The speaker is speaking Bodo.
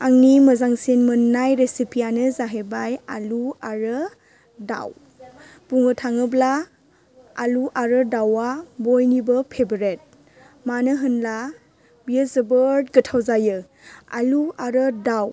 आंनि मोजांसिन मोननाय रेसिपियानो जाहैबाय आलु आरो दाउ बुंनो थाङोब्ला आलु आरो दाउआ बयनिबो फेब्रेट मानो होनब्ला बियो जोबोद गोथाव जायो आलु आरो दाउ